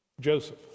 Joseph